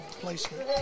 placement